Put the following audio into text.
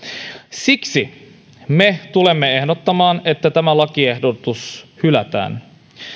siksi me tulemme ehdottamaan että tämä lakiehdotus hylätään